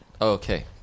Okay